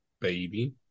baby